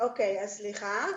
אז סליחה.